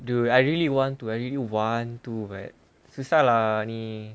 dude I really want to I really want to but susah lah ni